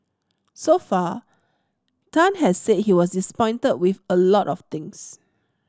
so far Tan has said he was disappointed with a lot of things